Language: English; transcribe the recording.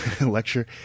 lecture